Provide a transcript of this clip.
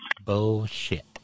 Bullshit